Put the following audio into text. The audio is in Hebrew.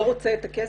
לא רוצה את הכסף?